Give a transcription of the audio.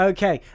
Okay